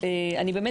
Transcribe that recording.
אני באמת,